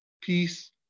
peace